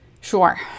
sure